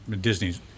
Disney's